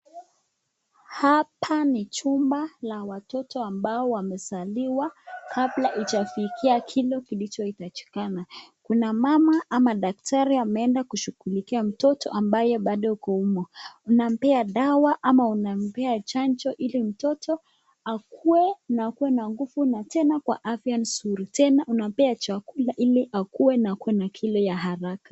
Hapa ni chumba la watoto ambao wamezaliwa kabla ijaifikia kilo kilichoitajikana. Kuna mama ama daktari ameenda kumshughulikia mtoto ambaye bado ni mdogo. Unampa dawa ama unampa chanjo ili mtoto akue na akue na nguvu na tena kwa afya nzuri. Tena unampa chakula ili akue na akue na kilo ya haraka.